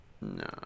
no